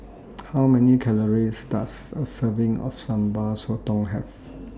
How Many Calories Does A Serving of Sambal Sotong Have